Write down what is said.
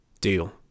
Deal